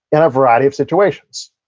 in a variety of situations.